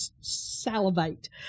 salivate